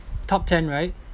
top ten right